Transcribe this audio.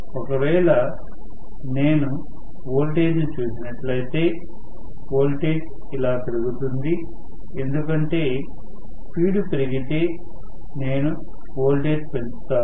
ఒకవేళ నేను ఓల్టేజ్ ను చూసినట్లయితే ఓల్టేజ్ ఇలా పెరుగుతుంది ఎందుకంటే స్పీడు పెరిగితే నేను వోల్టేజ్ పెంచుతాను